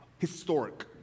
Historic